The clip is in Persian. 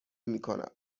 میکنم